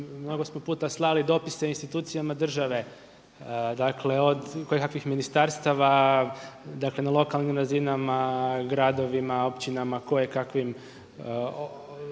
mnogo puta smo slali dopise institucijama države, dakle od kojekakvih ministarstava, dakle na lokalnim razinama, gradovima, općinama, kojekakvim